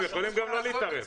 הם יכולים גם לא להתערב.